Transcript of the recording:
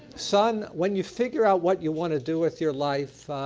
son, when you figure out what you wanna do with your life,